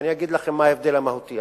אני אגיד לכם מה ההבדל המהותי,